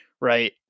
right